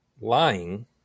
lying